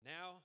Now